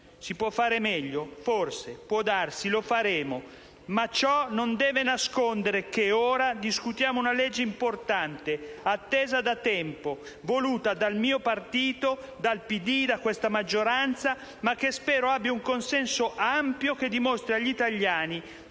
Si può fare meglio? Forse, può darsi; lo faremo. Ma ciò non deve nascondere che ora discutiamo un provvedimento importante, atteso da tempo, voluto dal mio partito, dal PD, da questa maggioranza, ma che spero abbia un consenso ampio che dimostri agli italiani